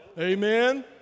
Amen